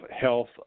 health